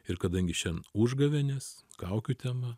ir kadangi šian užgavėnės kaukių tema